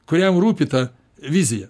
kuriam rūpi ta vizija